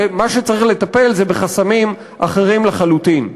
ומה שצריך לטפל בו זה חסמים אחרים לחלוטין.